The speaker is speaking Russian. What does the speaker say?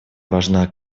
важна